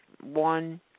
One